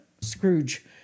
Scrooge